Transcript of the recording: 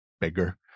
bigger